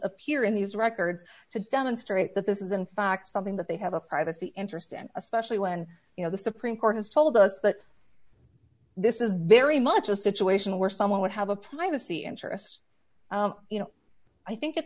appear in these records to demonstrate that this is in fact something that they have a privacy interest in especially when you know the supreme court has told us that this is very much a situation where someone would have a privacy interest you know i think at